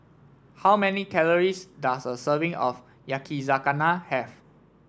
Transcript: how many calories does a serving of Yakizakana have